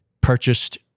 purchased